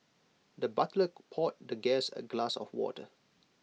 the butler poured the guest A glass of water